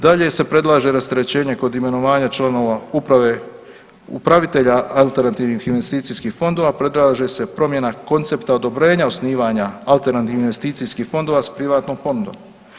Dalje se predlaže rasterećenje kod imenovanja članova upravitelja alternativnih investicijskih fondova, predlaže se promjena koncepta odobrenja alternativnih investicijskih fondova s privatnom ponudom.